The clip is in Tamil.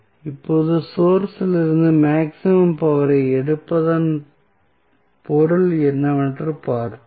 இப்போது சோர்ஸ் இலிருந்து மேக்ஸிமம் பவர் ஐ எடுப்பதன் பொருள் என்னவென்று பார்ப்போம்